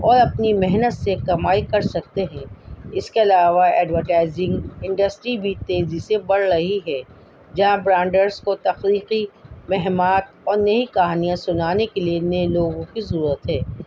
اور اپنی محنت سے کمائی کر سکتے ہیں اس کے علاوہ ایڈورٹائزنگ انڈسٹری بھی تیزی سے بڑھ رہی ہے جہاں برانڈرس کو تخلیقی مہمات اور نئی کہانیاں سنانے کے لیے نئے لوگوں کی ضرورت ہے